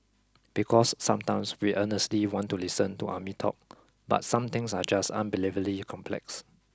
because sometimes we earnestly want to listen to army talk but some things are just unbelievably complex